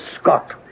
Scott